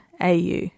AU